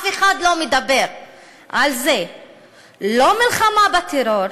אף אחד לא מדבר על זה לא מלחמה בטרור,